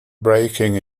braking